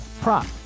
prop